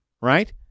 right